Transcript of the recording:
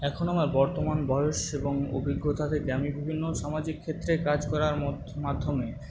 এখন আমার বর্তমান বয়স এবং অভিজ্ঞতা থেকে আমি বিভিন্ন সামাজিকক্ষেত্রে কাজ করার মাধ্যমে